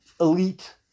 elite